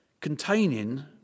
containing